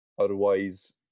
Otherwise